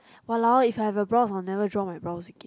!walao! if I were have brows I never draw my brows again